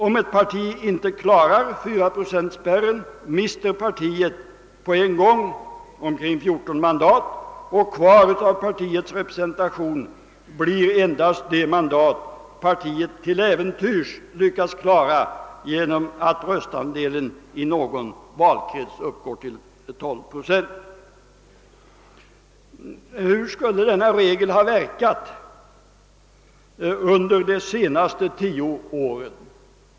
Om ett parti inte klarar 4 procentspärren mister partiet på en gång omkring 14 mandat, och kvar av partiets representation blir endast de mandat partiet till äventyrs lyckats behålla genom att röstandelen i någon valkrets uppgår till 12 procent. Hur skulle denna regel ha verkat de senaste tio åren?